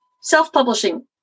Self-publishing